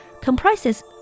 comprises